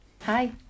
Hi